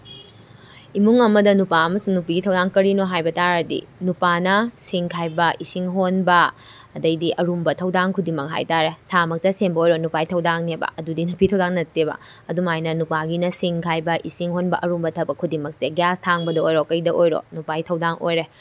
ꯏꯃꯨꯡ ꯑꯃꯗ ꯅꯨꯄꯥ ꯑꯃꯁꯨꯡ ꯅꯨꯄꯤꯒꯤ ꯊꯧꯗꯥꯡ ꯀꯔꯤꯅꯣ ꯍꯥꯏꯕ ꯇꯥꯔꯗꯤ ꯅꯨꯄꯥꯅ ꯁꯤꯡ ꯈꯥꯏꯕ ꯏꯁꯤꯡ ꯍꯣꯟꯕ ꯑꯗꯩꯗꯤ ꯑꯔꯨꯝꯕ ꯊꯧꯗꯥꯡ ꯈꯨꯗꯤꯡꯃꯛ ꯍꯥꯏ ꯇꯥꯔꯦ ꯁꯥ ꯃꯛꯇ ꯁꯦꯝꯕ ꯑꯣꯏꯔꯣ ꯅꯨꯄꯥꯒꯤ ꯊꯧꯗꯥꯡꯅꯦꯕ ꯑꯗꯨꯗꯤ ꯅꯨꯄꯤ ꯊꯧꯗꯥꯡ ꯅꯠꯇꯦꯕ ꯑꯗꯨꯃꯥꯏꯅ ꯅꯨꯄꯥꯒꯤꯅ ꯁꯤꯡ ꯈꯥꯏꯕ ꯏꯁꯤꯡ ꯍꯣꯟꯕ ꯑꯔꯨꯝꯕ ꯊꯕꯛ ꯈꯨꯗꯤꯡꯃꯛꯁꯦ ꯒ꯭ꯌꯥꯁ ꯊꯥꯡꯕꯗ ꯑꯣꯏꯔꯣ ꯀꯩꯗ ꯑꯣꯏꯔꯣ ꯅꯨꯄꯥꯒꯤ ꯊꯧꯗꯥꯡ ꯑꯣꯏꯔꯦ